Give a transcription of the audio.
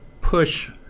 push